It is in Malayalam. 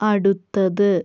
അടുത്തത്